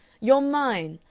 you're mine.